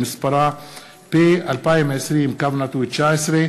שמספרה פ/2020/19,